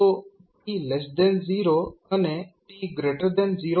તો t0 અને t0 માટે તે 0 હશે